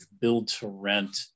build-to-rent